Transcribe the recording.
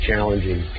Challenging